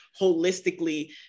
holistically